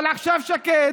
אבל עכשיו שקד,